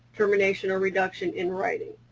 termination, or reduction in writing,